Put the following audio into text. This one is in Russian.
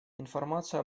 информацию